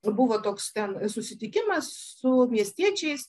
buvo toks ten susitikimas su miestiečiais